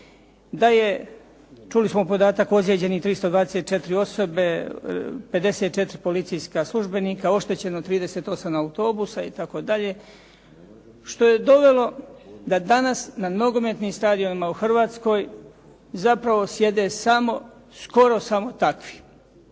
Da je, čuli smo podatak ozljeđenih 324 osobe, 54 policijska službenika, oštećeno 38 autobusa itd., što je dovelo da danas na nogometnim stadionima u Hrvatskoj zapravo sjede samo, skoro samo takvi.